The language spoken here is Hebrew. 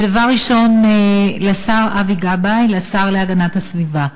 דבר ראשון לשר אבי גבאי, לשר להגנת הסביבה.